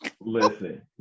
Listen